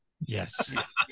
yes